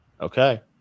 okay